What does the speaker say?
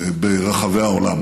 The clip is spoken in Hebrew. ברחבי העולם.